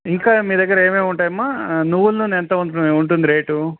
ఇంకా మీ దగ్గర ఏమే ఉంటాయమ్మా నువ్వు నన ఎంత ఉంటు ఉంటుంది రేటు